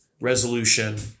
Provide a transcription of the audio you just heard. resolution